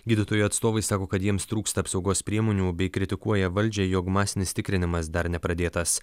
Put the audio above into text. gydytojų atstovai sako kad jiems trūksta apsaugos priemonių bei kritikuoja valdžią jog masinis tikrinimas dar nepradėtas